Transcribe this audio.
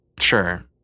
sure